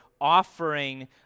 offering